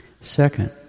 Second